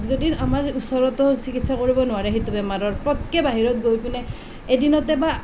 যদি আমাৰ ওচৰতো চিকিৎসা কৰিব নোৱাৰে সেইটো বেমাৰৰ পতকৈ বাহিৰত গৈ পিনে এদিনতে বা